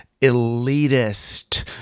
elitist